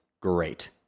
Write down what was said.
great